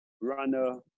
runner